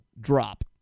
Drop